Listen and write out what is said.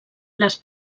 les